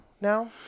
now